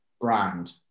brand